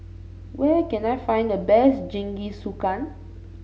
where can I find the best Jingisukan